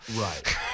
Right